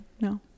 No